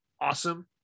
awesome